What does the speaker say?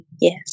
Yes